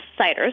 ciders